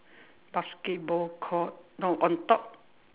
basketball ball court no on top